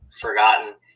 forgotten